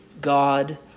God